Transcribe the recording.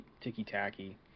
ticky-tacky